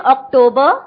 October